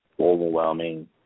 overwhelming